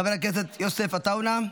חבר הכנסת יוסף עטאונה,